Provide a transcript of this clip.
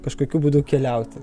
kažkokiu būdu keliauti